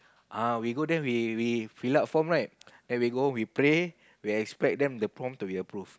ah we go there we we fill up form right then we go home we pray we expect them the form to be approved